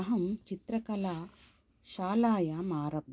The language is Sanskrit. अहं चित्रकला शालायाम् आरब्धा